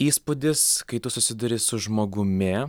įspūdis kai tu susiduri su žmogumi